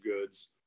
goods